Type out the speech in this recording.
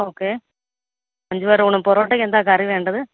okay അഞ്ച് പേർടെ ഊണ് പൊറോട്ടക്ക് എന്താണ് കറി വേണ്ടത്